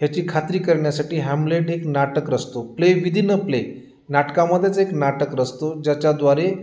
ह्याची खात्री करण्यासाठी हॅमलेट एक नाटक रचतो प्ले विदिन अ प्ले नाटकामध्येच एक नाटक रचतो ज्याच्याद्वारे